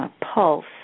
pulse